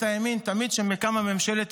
אתה בא ואומר: אתם תפגעו בביטחון.